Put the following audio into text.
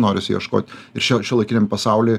norisi ieškoti ir šio šiuolaikiniam pasauly